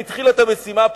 והיא התחילה את המשימה.